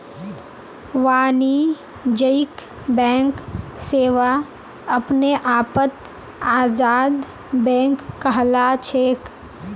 वाणिज्यिक बैंक सेवा अपने आपत आजाद बैंक कहलाछेक